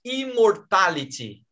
immortality